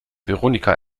veronika